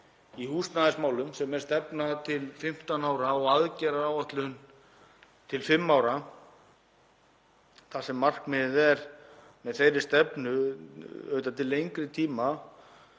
í húsnæðismálum, sem er stefna til 15 ára og aðgerðaáætlun til 5 ára, og er markmiðið með þeirri stefnu til lengri tíma